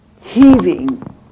heaving